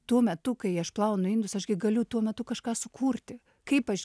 tuo metu kai aš plaunu indus aš gi galiu tuo metu kažką sukurti kaip aš